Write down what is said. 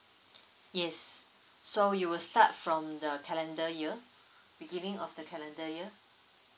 yes so you will start from the calendar year beginning of the calendar year